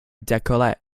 decollete